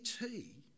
tea